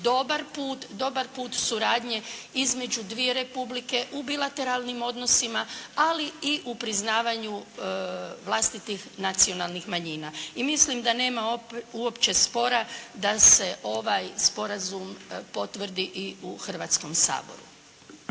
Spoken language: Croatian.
dobar put suradnje između dvije Republike u bilateralnim odnosima, ali i u priznavanju vlastitih nacionalnih manjina. I mislim da nema uopće spora da se ovaj sporazum potvrdi i u Hrvatskom saboru.